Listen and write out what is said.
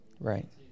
Right